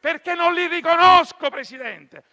perché non li riconosco, Presidente.